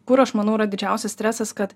kur aš manau yra didžiausias stresas kad